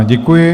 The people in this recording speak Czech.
Děkuji.